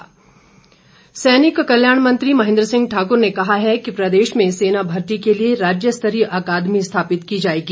महेंद्र सिंह सैनिक कल्याण मंत्री महेंद्र सिंह ठाकुर ने कहा है कि प्रदेश में सेना भर्ती के लिए राज्य स्तरीय अकादमी स्थापित की जाएगी